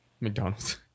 McDonald's